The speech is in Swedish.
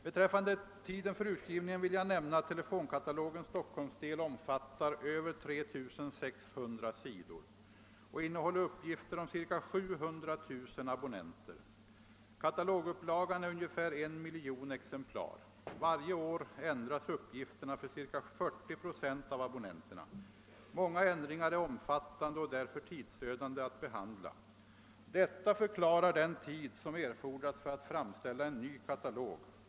Beträffande tiden för utgivningen vill jag nämna att telefonkatalogens Stockholmsdel omfattar över 3 600 sidor och innehåller uppgifter om ca 700 000 abonnenter. Katalogupplagan är ungefär 1 miljon exemplar. Varje år ändras uppgifterna för ca 40 procent av abonnenterna. Många ändringar är omfattande och därför tidsödande att behandla. Detta förklarar den tid som erfordras för att framställa en ny katalog.